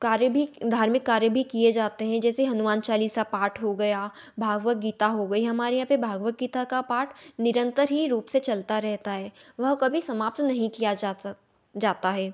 कार्य भी धार्मिक कार्य भी किए ज़ाते हें जैसे हनुमान चलीसा पाठ हो गया भगवत गीता हो गई हमारे यहाँ पर भगवत गीता का पाठ निरंतर ही रूप से चलता रहता है वह कभी समाप्त नहीं किया ज़ाता जाता है